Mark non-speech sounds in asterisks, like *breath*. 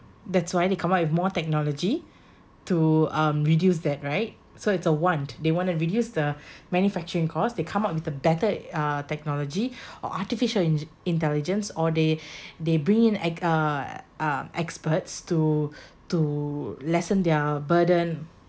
that's why they come up with more technology to um reduce that right so it's a want they want to reduce the *breath* manufacturing cost they come up with the better uh technology *breath* or artificial in~ intelligence or they *breath* they bring in ex~ uh uh experts to *breath* to lessen their burden